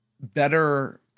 better